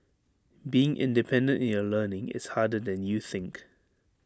being independent in your learning is harder than you think